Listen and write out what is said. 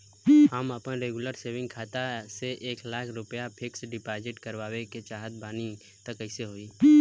हम आपन regular saving खाता से एक लाख रुपया फिक्स डिपॉज़िट करवावे के चाहत बानी त कैसे होई?